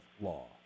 law